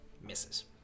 Misses